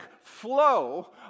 flow